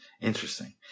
Interesting